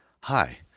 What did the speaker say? Hi